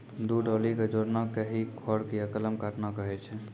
दू डाली कॅ जोड़ना कॅ ही फोर्क या कलम काटना कहै छ